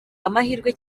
amahirwe